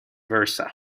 versa